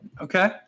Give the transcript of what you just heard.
okay